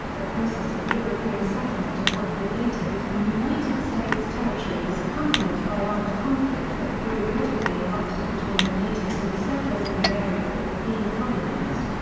the process of european settlement of what would later become united states territory was accompanied by armed conflicts that periodically erupted between the natives and the settlers in the areas that were being colonized.